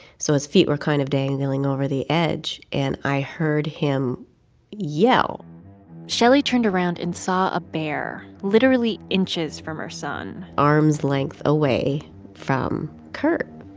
so his feet were kind of dangling over the edge. and i heard him yell shelley turned around and saw a bear literally inches from her son arm's length away from kurt.